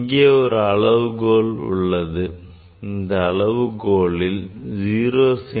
இங்கே ஒரு அளவுகோல் உள்ளது இந்த அளவுகோலின் 0 செ